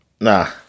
Nah